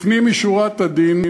לא עושה עלי רושם.